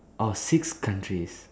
orh six countries